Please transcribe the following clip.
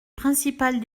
principale